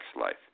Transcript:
life